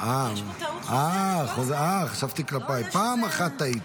בן עמי ואת הבת של קית' סיגל ואת אחות של לירי אלבג,